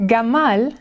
Gamal